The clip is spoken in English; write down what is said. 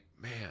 man